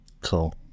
Cool